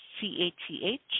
C-A-T-H